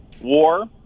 war